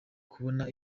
kubona